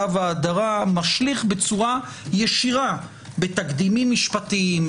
והדרה משליך בצורה ישירה בתקדימים משפטיים,